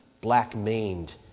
black-maned